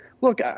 look